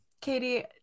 Katie